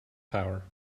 power